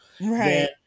Right